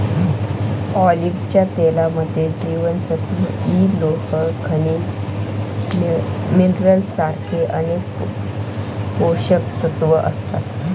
ऑलिव्हच्या तेलामध्ये जीवनसत्व इ, लोह, खनिज मिनरल सारखे अनेक पोषकतत्व असतात